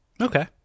okay